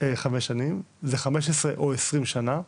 חמש שנים, זה 15 או 20 שנה,